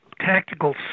tactical